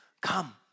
come